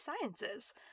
Sciences